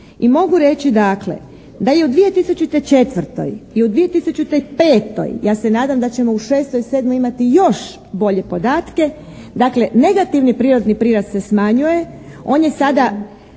i mogu reći dakle da je u 2004. i u 2005. ja se nadam da ćemo u 2006., 2007. imati još bolje podatke dakle negativni prirodni prirast se smanjuje.